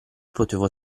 potevo